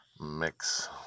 mix